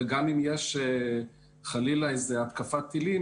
גם אם יש חלילה איזה התקפת טילים,